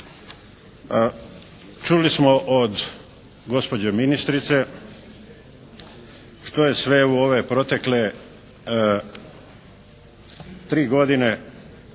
Čuli smo od gospođe ministrice što je sve u ove protekle tri godine